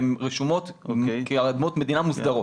הן רשומות כאדמות מדינה מוסדרות.